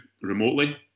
remotely